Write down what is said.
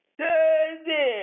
Thursday